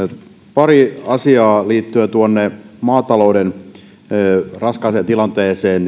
pari asiaa liittyen tuohon maatalouden raskaaseen tilanteeseen